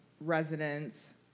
residents